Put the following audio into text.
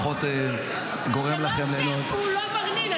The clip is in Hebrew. פחות גורם לכם --- זה לא שהוא לא מרנין.